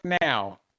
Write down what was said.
now